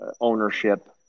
ownership